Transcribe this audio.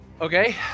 okay